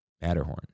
Matterhorn